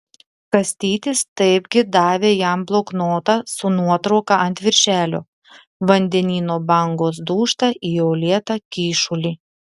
kastytis taipgi davė jam bloknotą su nuotrauka ant viršelio vandenyno bangos dūžta į uolėtą kyšulį